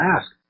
ask